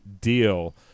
deal